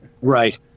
Right